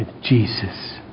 Jesus